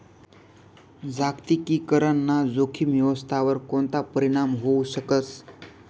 जागतिकीकरण ना जोखीम व्यवस्थावर कोणता परीणाम व्हवू शकस